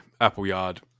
Appleyard